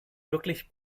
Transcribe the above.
wirklich